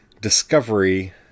Discovery